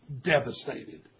devastated